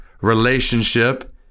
relationship